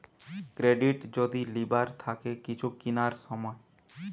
credit যদি লিবার থাকে কিছু কিনার সময়